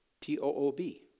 t-o-o-b